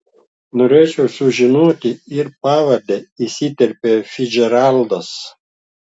norėčiau sužinoti ir pavardę įsiterpia ficdžeraldas